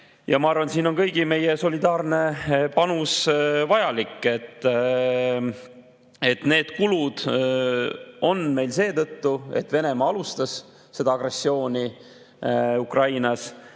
Ma arvan, et siin on kõigi meie solidaarne panus vajalik. Need kulud on meil seetõttu, et Venemaa alustas seda agressiooni Ukrainas,